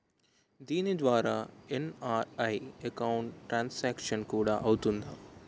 దీని ద్వారా NRI account transaction కూడా అవుతుందా?